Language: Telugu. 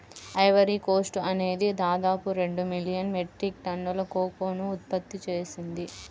ఐవరీ కోస్ట్ అనేది దాదాపు రెండు మిలియన్ మెట్రిక్ టన్నుల కోకోను ఉత్పత్తి చేసింది